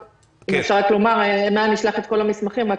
אם אפשר רק לומר נשלח את כל המסמכים רק